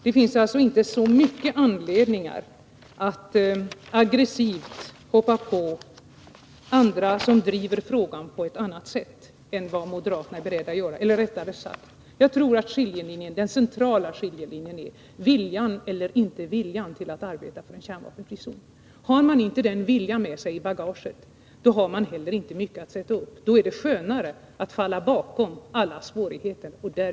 Det finns alltså inte så stor anledning att aggressivt hoppa på oss som driver frågan på annat sätt än vad moderaterna är beredda att göra. Eller rättare sagt: Jag tror att den centrala skiljelinjen gäller viljan eller inte viljan att arbeta för en kärnvapenfri zon. Om maninte har den viljan med sig i bagaget, då har man inte heller så mycket att sätta upp, och då är det skönare att gömma sig bakom alla svårigheter.